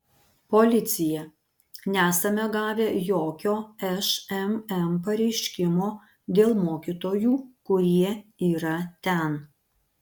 policija nesame gavę jokio šmm pareiškimo dėl mokytojų kurie yra ten